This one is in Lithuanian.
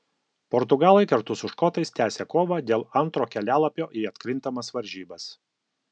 portugalai kartu su škotais tęsią kovą dėl antro kelialapio į atkrintamas varžybas